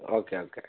okay okay ശരി